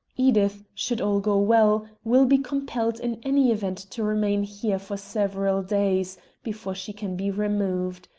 edith, should all go well, will be compelled in any event to remain here for several days before she can be removed.